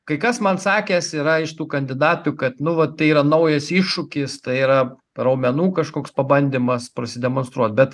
kai kas man sakęs yra iš tų kandidatų kad nu va tai yra naujas iššūkis tai yra raumenų kažkoks pabandymas prasidemonstruot bet